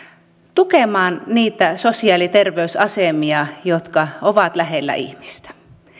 tukemaan niitä sosiaali ja terveysasemia jotka ovat lähellä ihmistä